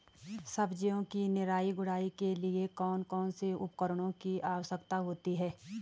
सब्जियों की निराई गुड़ाई के लिए कौन कौन से उपकरणों की आवश्यकता होती है?